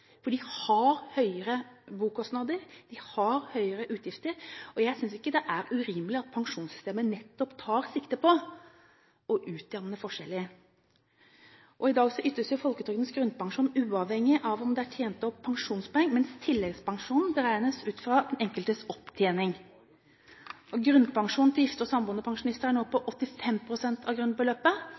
For de har høyere bokostnader, de har høyere utgifter, og jeg synes ikke det er urimelig at pensjonssystemet nettopp tar sikte på å utjevne forskjeller. I dag ytes folketrygdens grunnpensjon uavhengig av om det er tjent opp pensjonspoeng, mens tilleggspensjonen beregnes ut i fra den enkeltes opptjening. Og grunnpensjonen til gifte og samboende pensjonister er nå på 85 pst. av grunnbeløpet,